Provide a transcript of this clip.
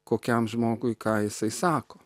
kokiam žmogui ką jisai sako